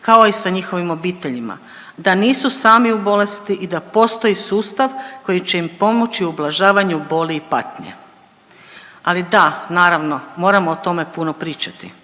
kao i sa njihovim obiteljima, da nisu sami u bolesti i da postoji sustav koji će im pomoći u ublažavanju boli i patnje. Ali da naravno, moramo o tome puno pričati,